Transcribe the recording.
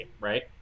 right